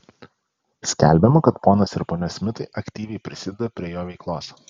skelbiama kad ponas ir ponia smitai aktyviai prisideda prie jo veiklos